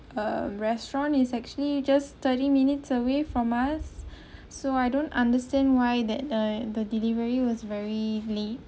uh restaurant is actually just thirty minutes away from us so I don't understand why that uh the delivery was very late